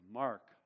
mark